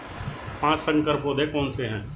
पाँच संकर पौधे कौन से हैं?